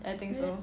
ya I think so